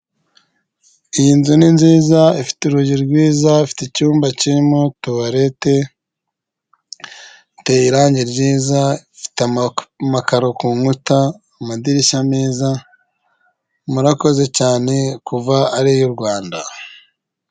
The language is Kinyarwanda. Iyi nzu ni nziza ifite urugi rwiza afite icyumba kirimo towalete iteye irangi ryiza ifite amakaro ku nkuta amadirishya meza murakoze cyane kuva ari uy'u Rwanda